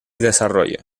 desarrollo